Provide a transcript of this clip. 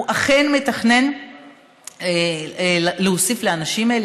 הוא אכן מתכנן להוסיף לאנשים האלה.